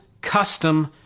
custom